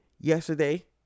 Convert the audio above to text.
Yesterday